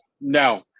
no